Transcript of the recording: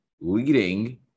leading